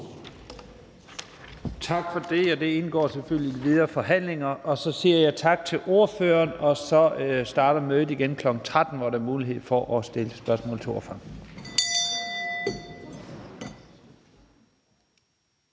til vedtagelse indgår selvfølgelig i de videre forhandlinger. Så siger jeg tak til ordføreren, og så starter mødet igen kl. 13.00, hvor der er mulighed for at stille spørgsmål til ordføreren.